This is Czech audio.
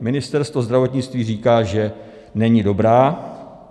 Ministerstvo zdravotnictví říká, že není dobrá.